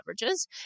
beverages